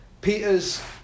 Peters